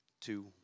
two